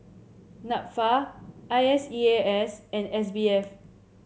NAFA I S E A S and S B F